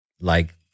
Like-